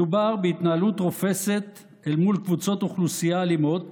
מדובר בהתנהלות רופסת אל מול קבוצות אוכלוסייה אלימות